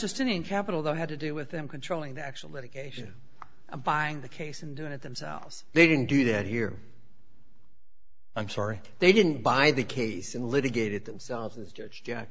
just an in capital that had to do with them controlling the actual litigation buying the case and doing it themselves they didn't do that here i'm sorry they didn't buy the case and litigated themselves as judge jack